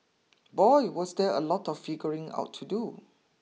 boy was there a lot of figuring out to do